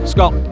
Scott